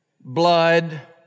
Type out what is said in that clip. blood